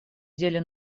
деле